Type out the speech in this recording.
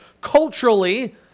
culturally